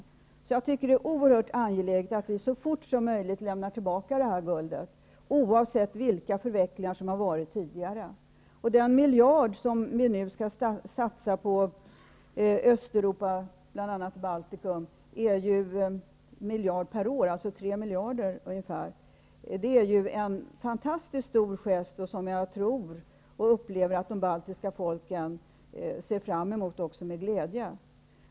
Jag tycker alltså att det är oerhört angeläget att vi så fort som möjligt lämnar tillbaka detta guld, oavsett vilka förvecklingar som har förekommit tidigare. Den miljard som vi nu skall satsa på Östeuropa, bl.a. Baltikum, skall ju utgå varje år under tre år. Totalt gäller det ungefär 3 miljarder kronor, och det är en fantastiskt stor gest, som jag tror att också de baltiska folken ser fram emot med glädje.